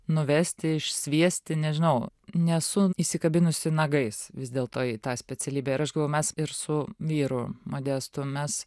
nuvesti išsviesti nežinau nesu įsikabinusi nagais vis dėlto į tą specialybę ir aš galvoju mes ir su vyru modestu mes